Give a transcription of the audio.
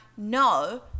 no